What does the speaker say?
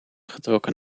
getrokken